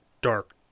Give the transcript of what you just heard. dark